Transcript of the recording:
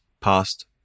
past